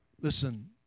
Listen